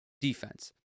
defense